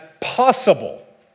possible